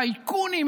טייקונים,